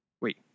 wait